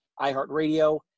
iHeartRadio